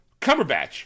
Cumberbatch